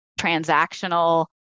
transactional